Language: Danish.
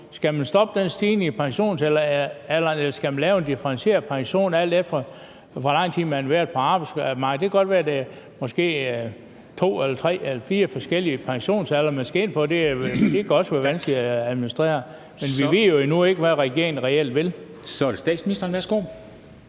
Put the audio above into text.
Skal man stoppe den stigning i pensionsalderen, eller skal man lave en differentieret pensionsalder, alt efter hvor lang tid man har været på arbejdsmarkedet? Det kan godt være, der bliver tale om to eller tre eller fire forskellige pensionsaldre, man skal ind på, og det kan også være vanskeligt at administrere, men vi ved jo endnu ikke, hvad regeringen reelt vil. Kl. 00:13 Formanden (Henrik